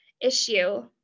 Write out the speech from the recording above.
issue